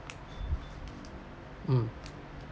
mm